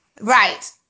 Right